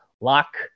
lock